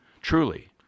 truly